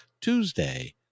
Tuesday